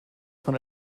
von